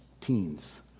teens